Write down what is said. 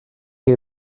chi